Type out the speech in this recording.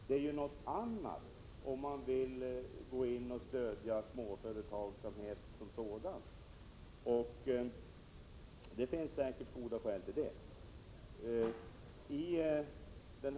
Det är en annan sak om man vill gå in och stödja småföretagsamheten som sådan, och det finns säkert goda skäl till det.